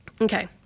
Okay